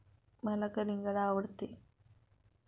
मला कलिंगड आवडते